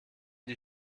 die